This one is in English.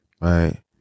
Right